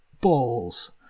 balls